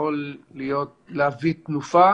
יכול להביא תנופה